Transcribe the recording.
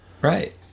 Right